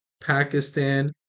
pakistan